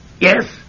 Yes